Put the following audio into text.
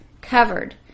covered